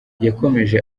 yakomeje